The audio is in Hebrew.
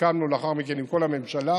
סיכמנו לאחר מכן עם כל הממשלה.